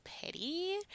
petty